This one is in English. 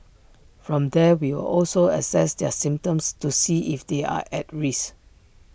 from there we'll also assess their symptoms to see if they're at risk